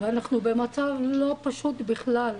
אנחנו במצב לא פשוט בכלל.